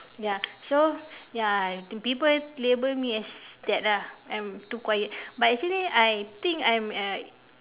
ya so ya I think people label me as that lah I'm too quiet but actually I think I'm a